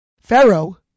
Pharaoh